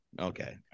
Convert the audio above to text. Okay